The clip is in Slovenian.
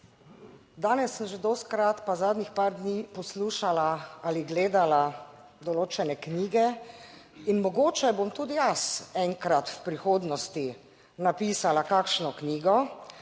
Danes sem že dostikrat, pa zadnjih par dni poslušala ali gledala določene knjige. In mogoče bom tudi jaz enkrat v prihodnosti napisala kakšno knjigo,